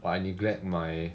but I neglect my